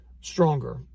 stronger